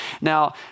Now